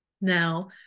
Now